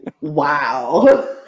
wow